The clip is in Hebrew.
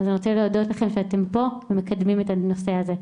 אז אני רוצה להודות לכם שאתם פה ומקדמים את הנושא הזה.